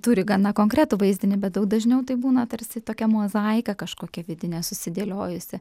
turi gana konkretų vaizdinį bet daug dažniau tai būna tarsi tokia mozaika kažkokia vidinė susidėliojusi